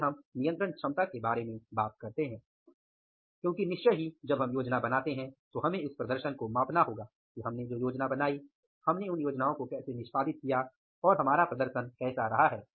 फिर हम नियंत्रण क्षमता के बारे में बात करते हैं क्योंकि निश्चय ही जब हम योजना बनाते हैं तो हमें उस प्रदर्शन को मापना होगा कि हमने जो योजना बनाई हमने उन योजनाओं को कैसे निष्पादित किया और हमारा प्रदर्शन कैसा है